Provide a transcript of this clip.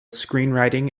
screenwriting